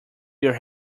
your